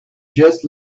just